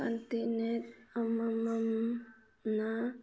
continent ꯑꯃꯃꯝꯅ